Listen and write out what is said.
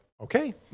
okay